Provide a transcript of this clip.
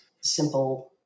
simple